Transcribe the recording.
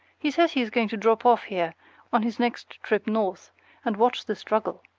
he says he is going to drop off here on his next trip north and watch the struggle.